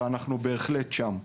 ואנחנו בהחלט שם.